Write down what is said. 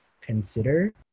consider